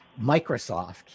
Microsoft